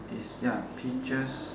it's ya peaches